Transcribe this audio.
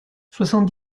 soixante